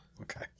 Okay